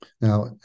Now